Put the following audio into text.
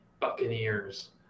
Buccaneers